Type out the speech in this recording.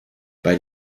bei